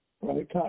right